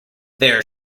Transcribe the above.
their